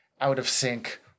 out-of-sync